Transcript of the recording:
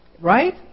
Right